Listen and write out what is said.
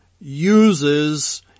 uses